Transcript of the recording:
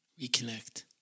reconnect